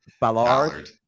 Ballard